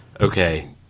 okay